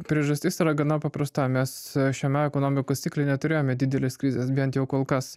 priežastis yra gana paprasta mes šiame ekonomikos cikle neturėjome didelės krizės bent jau kol kas